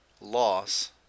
loss